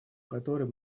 которой